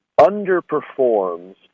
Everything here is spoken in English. underperforms